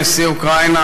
מכובדנו נשיא אוקראינה,